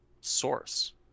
source